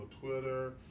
Twitter